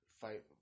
fight